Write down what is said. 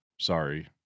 Sorry